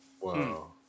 Wow